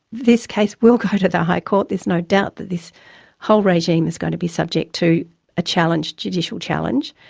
this case will go to the high court, there's no doubt that this whole regime is going to be subject to a challenge, judicial challenge,